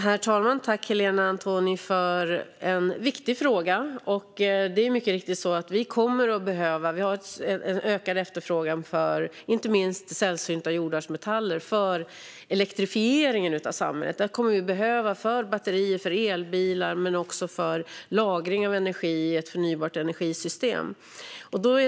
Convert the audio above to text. Herr talman! Tack, Helena Antoni, för en viktig fråga! Det är mycket riktigt så att vi kommer att behöva mineraler. Det finns en ökad efterfrågan på inte minst sällsynta jordartsmetaller för elektrifieringen av samhället. Där kommer vi att behöva dem för batterier, för elbilar och också för lagring av energi i ett förnybart energisystem.